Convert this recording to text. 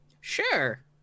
sure